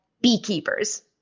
beekeepers